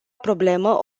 problemă